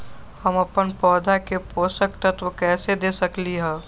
हम अपन पौधा के पोषक तत्व कैसे दे सकली ह?